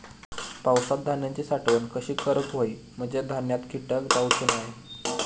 पावसात धान्यांची साठवण कशी करूक होई म्हंजे धान्यात कीटक जाउचे नाय?